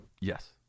Yes